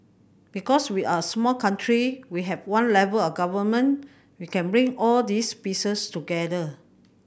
because we're a small country we have one level of Government we can bring all these pieces together